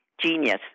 Genius